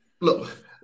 Look